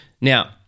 Now